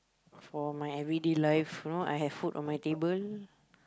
for my everyday life you know I have food on my table